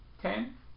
Ten